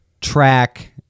track